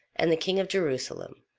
and the king of jerusalem,